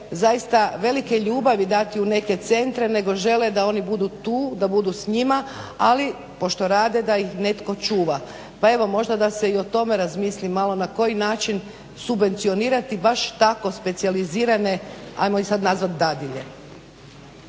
zaista velike ljubavi dati u neke velike centre nego žele da oni budu tu, da budu s njima ali pošto rade da ih netko čuva. Pa evo možda da se i o tome razmili malo na koji način subvencionirati baš tako specijalizirane ajmo ih sada nazvati dadilje.